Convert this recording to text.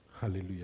Hallelujah